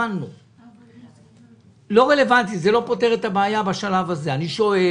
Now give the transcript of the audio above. אבל זה לא פותר את הבעיה בשלב הזה.